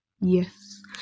yes